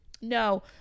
no